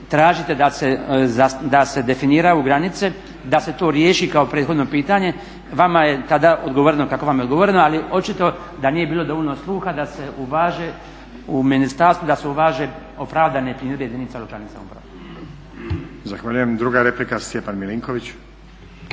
tražite da se definiraju granice, da se to riješi kao prethodno pitanje. Vama je tada odgovoreno kako vam je odgovoreno ali očito da nije bilo dovoljno sluha da se uvaže, u ministarstvu da se uvaže …/Govornik se ne razumije./… jedinica lokalne samouprave.